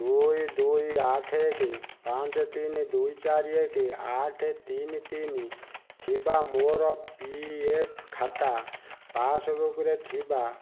ଦୁଇ ଦୁଇ ଆଠ ଏକ ପାଞ୍ଚ ତିନି ଦୁଇ ଚାରି ଏକ ଆଠ ତିନି ତିନି ଥିବା ମୋର ପି ଏଫ୍ ଖାତା ପାସ୍ବୁକ୍ରେ ଥିବା